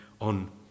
on